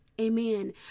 Amen